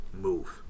move